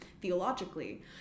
theologically